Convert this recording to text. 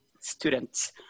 students